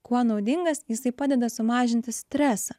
kuo naudingas jisai padeda sumažinti stresą